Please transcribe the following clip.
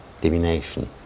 divination